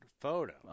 photo